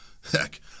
Heck